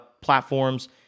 platforms